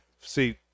See